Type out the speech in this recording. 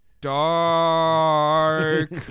Dark